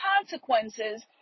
consequences